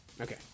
Okay